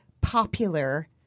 popular